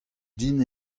din